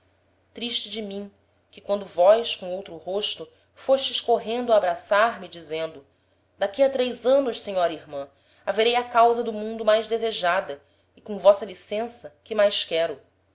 triste de mim que quando vós com outro rosto fostes correndo a abraçar me dizendo d'aqui a três anos senhora irman haverei a causa do mundo mais desejada e com vossa licença que mais quero